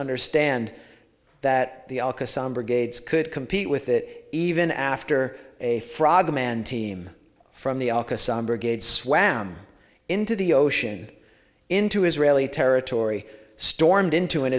understand that the brigades could compete with it even after a frogman team from the brigade swam into the ocean into israeli territory stormed into an